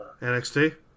NXT